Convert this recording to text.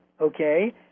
okay